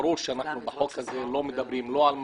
ברור הוא שבחוק זה איננו מדברים לא על מרעה,